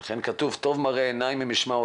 כי בינתיים אנשים ניזוקים וכמו